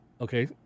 Okay